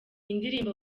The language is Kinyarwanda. indirimbo